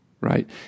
right